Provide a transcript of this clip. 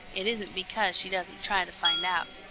it isn't because she doesn't try to find out.